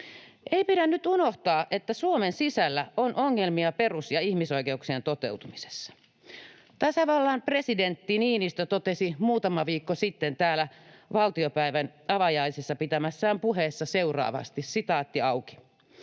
Ei pidä nyt unohtaa, että Suomen sisällä on ongelmia perus‑ ja ihmisoikeuksien toteutumisessa. Tasavallan presidentti Niinistö totesi muutama viikko sitten täällä valtiopäivien avajaisissa pitämässään puheessa seuraavasti: "On havahduttu